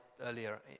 earlier